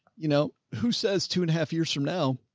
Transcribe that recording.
you know, who says two and a half years from now?